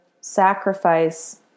sacrifice